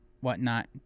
whatnot